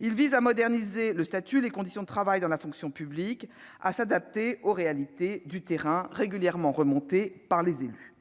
Il vise à moderniser le statut de la fonction publique et les conditions de travail, à s'adapter aux réalités du terrain régulièrement décrites par les élus.